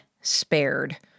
spared